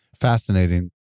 Fascinating